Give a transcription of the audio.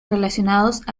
relacionados